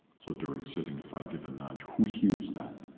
so, during sitting, if i give a nudge, who hears that?